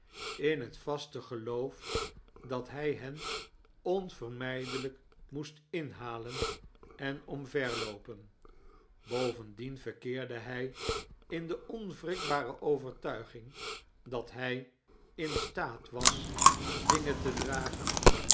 in het vaste geloof dat hij hen onvermijdelijk moest inhalen en omverloopen bovendien verkeerde hij in de onwrikbare overtuiging dat hij in staat was dingen te dragen